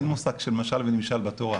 אין מושג של משל ונמשל בתורה.